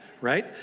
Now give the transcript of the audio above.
right